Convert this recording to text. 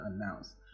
announce